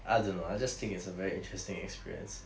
I don't know I just think it's a very interesting experience